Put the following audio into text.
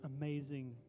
amazing